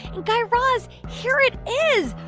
and guy raz, here it is.